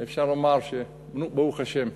אפשר לומר, נו, ברוך השם,